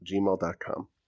gmail.com